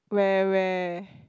where where